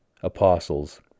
apostles